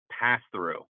pass-through